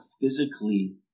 physically